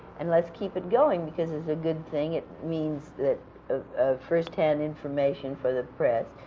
and let's keep it going, because it's a good thing. it means that firsthand information for the press,